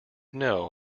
know